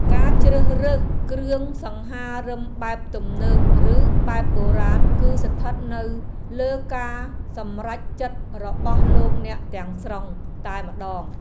ការជ្រើសរើសគ្រឿងសង្ហារិមបែបទំនើបឬបែបបុរាណគឺស្ថិតនៅលើការសម្រេចចិត្តរបស់លោកអ្នកទាំងស្រុងតែម្ដង។